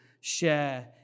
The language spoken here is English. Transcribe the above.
share